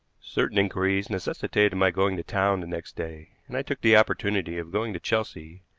certain inquiries necessitated my going to town next day, and i took the opportunity of going to chelsea,